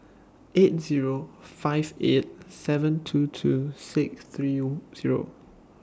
eight Zero five eight seven two two six three Zero